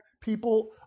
people